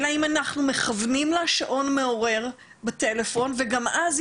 אלא אם אנחנו מכוונים לה שעון מעורר בטלפון וגם אז,